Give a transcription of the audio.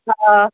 آ